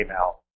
out